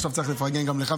ועכשיו צריך לפרגן גם לך,